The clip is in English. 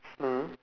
mm